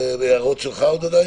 הפרק האמור"?